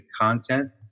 content